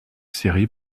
série